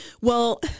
Well-